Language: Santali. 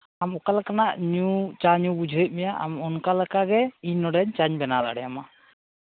ᱟᱢ ᱚᱠᱟ ᱞᱮᱠᱟᱱᱟᱜ ᱪᱟ ᱧᱩ ᱵᱩᱡᱷᱟᱹᱣᱮᱫ ᱢᱮᱭᱟ ᱟᱢ ᱚᱱᱠᱟ ᱞᱮᱠᱟ ᱜᱮ ᱤᱧ ᱱᱚᱸᱰᱮ ᱪᱟᱧ ᱵᱮᱱᱟᱣ ᱫᱟᱲᱮᱭᱟᱢᱟ